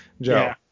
Joe